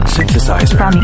Synthesizer